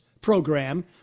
program